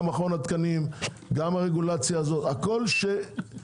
גם מכון התקנים, גם הרגולציה הזאת, הכול שירד.